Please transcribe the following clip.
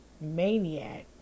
Maniac